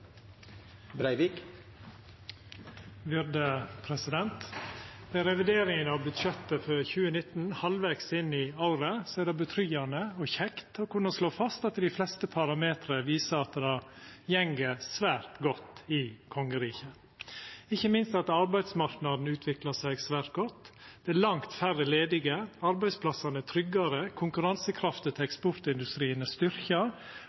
revideringa av budsjettet for 2019 halvvegs inn i året er det trygt og kjekt å kunna slå fast at dei fleste parametrar viser at det går svært godt i kongeriket, ikkje minst utviklar arbeidsmarknaden seg svært godt. Det er langt færre ledige, arbeidsplassane er tryggare, konkurransekrafta til eksportindustrien er